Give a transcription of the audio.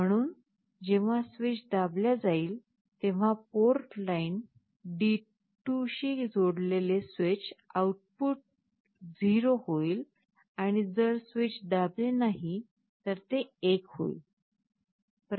म्हणून जेव्हा स्विच दाबल्या जाईल तेव्हा पोर्ट लाइन D2 शी जोडलेले स्विच आउटपुट 0 होईल आणि जर स्विच दाबले नाही तर ते 1 होईल